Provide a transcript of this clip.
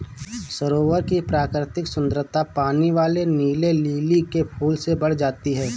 सरोवर की प्राकृतिक सुंदरता पानी वाले नीले लिली के फूल से बढ़ जाती है